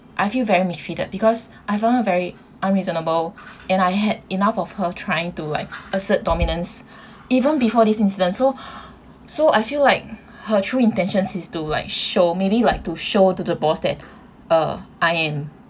I feel very mistreated because I found her very unreasonable and I had enough of her trying to like assert dominance even before this incident so so I feel like her true intention is to like show maybe like to show to the boss that uh I am